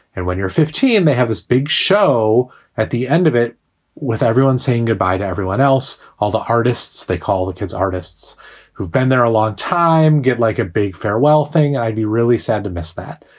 and when you're fifty and they have this big show at the end of it with everyone saying goodbye to everyone else, all the artists they call the kids, artists who've been there a long time get like a big farewell thing. i'd be really sad to miss that.